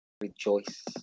rejoice